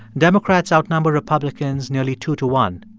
democrats outnumber republicans nearly two to one.